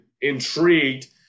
intrigued